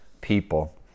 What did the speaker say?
people